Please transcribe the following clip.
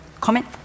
comment